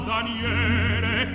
Daniele